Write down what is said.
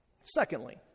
Secondly